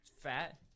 fat